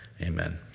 amen